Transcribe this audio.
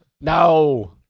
No